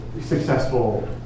successful